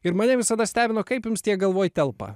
ir mane visada stebino kaip jums tiek galvoj telpa